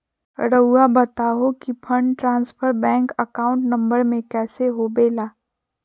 रहुआ बताहो कि fund transfer bank account number में कैसे होबेला?